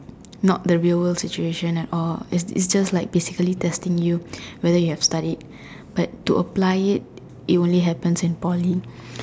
not the real world situation at all it's just like basically testing whether you have studied but to apply it it only happens in Poly